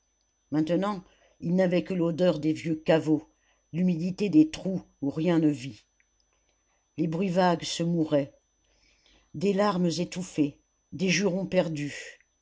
maintenant il n'avait que l'odeur des vieux caveaux l'humidité des trous où rien ne vit les bruits vagues se mouraient des larmes étouffées des jurons perdus